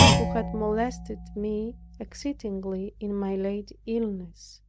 who had molested me exceedingly in my late illness.